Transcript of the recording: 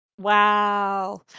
wow